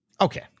okay